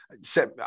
set